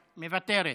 מוותרת,